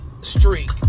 streak